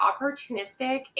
opportunistic